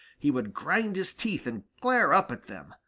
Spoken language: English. he would grind his teeth and glare up at them,